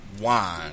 wine